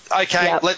Okay